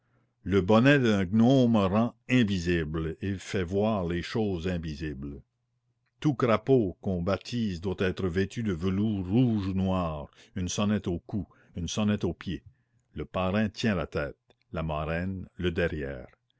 le bonnet d'un gnome rend invisible et fait voir les choses invisibles tout crapaud qu'on baptise doit être vêtu de velours rouge ou noir une sonnette au cou une sonnette aux pieds le parrain tient la tête la marraine le derrière